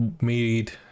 made